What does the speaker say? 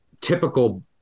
typical